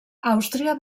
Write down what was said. àustria